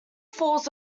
falls